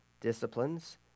disciplines